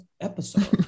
episode